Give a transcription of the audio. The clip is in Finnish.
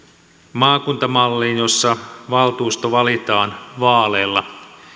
maakuntamalliin jossa valtuusto valitaan vaaleilla